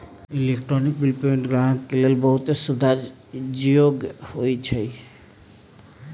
electronic bill payment गाहक के लेल बहुते सुविधा जोग्य होइ छइ